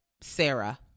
Sarah